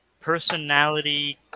personality